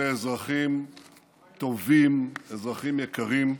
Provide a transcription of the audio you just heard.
אלה אזרחים טובים, אזרחים יקרים,